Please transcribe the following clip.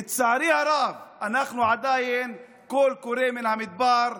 לצערי הרב, אנחנו עדיין קול קורא מן המדבר.